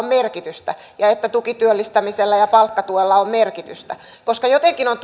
merkitystä ja että tukityöllistämisellä ja palkkatuella on merkitystä koska jotenkin on